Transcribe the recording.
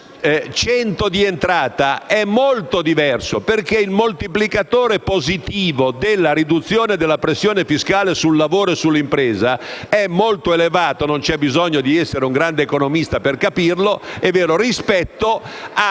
100 di entrata) è molto diverso. Il moltiplicatore positivo della riduzione della pressione fiscale sul lavoro e sull'impresa è molto elevato (non c'è bisogno di essere un grande economista per capirlo) rispetto ad